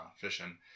fishing